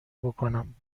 بکنم